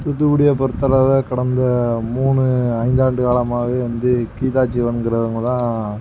தூத்துக்குடியை பொறுத்தளவு கடந்த மூணு ஐந்தாண்டு காலமாக வந்து கீதாஜீவன்கிறவங்க தான்